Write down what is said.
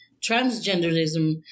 transgenderism